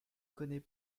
connaît